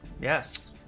yes